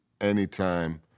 anytime